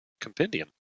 compendium